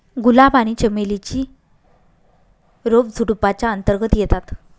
गुलाब आणि चमेली ची रोप झुडुपाच्या अंतर्गत येतात